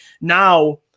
now –